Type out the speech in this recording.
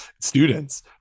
students